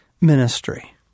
ministry